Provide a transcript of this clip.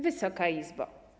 Wysoka Izbo!